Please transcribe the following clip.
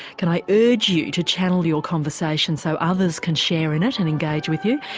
can i urge you to channel your conversations so others can share in it and engage with you.